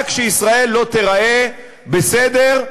רק שישראל לא תיראה בסדר,